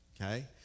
okay